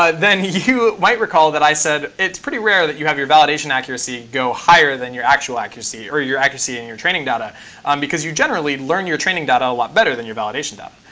then you might recall that i said it's pretty rare that you have your validation accuracy go higher than your actual accuracy or your accuracy and your training data um because you generally learn you're training data lot better than your validation data.